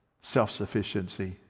self-sufficiency